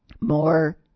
more